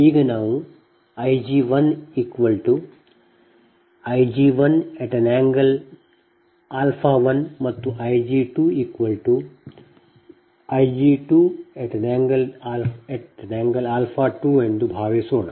ಈಗ ನಾವು Ig1Ig11 ಮತ್ತು I g2 | Ig2Ig22 ಎಂದು ಭಾವಿಸೋಣ